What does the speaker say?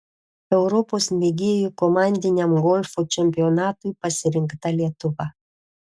europos mėgėjų komandiniam golfo čempionatui pasirinkta lietuva